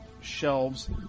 shelves